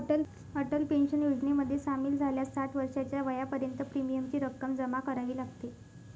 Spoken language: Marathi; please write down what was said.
अटल पेन्शन योजनेमध्ये सामील झाल्यास साठ वर्षाच्या वयापर्यंत प्रीमियमची रक्कम जमा करावी लागते